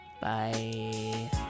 Bye